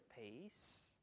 peace